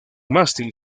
mástil